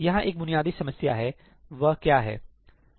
यहाँ पर एक बुनियादी समस्या है वह क्या है